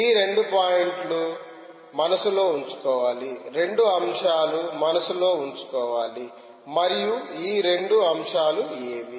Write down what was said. ఈ రెండు పాయింట్లు మనస్సులో ఉంచుకోవాలి రెండు అంశాలు మనస్సులో ఉంచుకోవాలి మరియు ఈ రెండు అంశాలు ఏవి